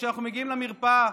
כשאנחנו מגיעים למרפאה?